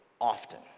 often